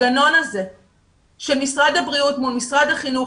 הגנון הזה של משרד הבריאות מול משרד החינוך,